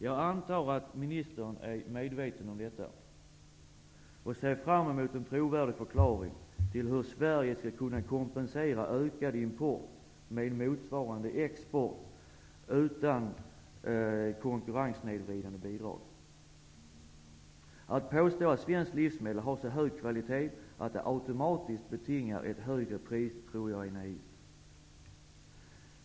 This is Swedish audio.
Jag antar att ministern är medveten om detta, och ser fram emot en trovärdig förklaring till hur Sverige skall kunna kompensera ökad import med motsvarande export utan konkurrenssnedvridande bidrag. Jag tror att det är naivt att påstå att svenska livsmedel har så hög kvalitet att de automatiskt betingar ett högre pris.